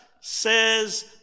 says